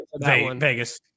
Vegas